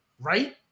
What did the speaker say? right